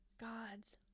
God's